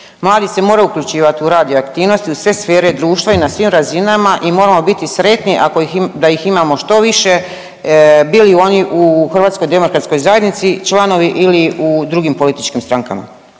Mladi se moraju uključivati u rad i aktivnost i u sve sfere društva i na svim razinama i moramo biti sretni da ih imamo što više bili oni u Hrvatskoj demokratskoj zajednici članovi ili u drugim političkim strankama,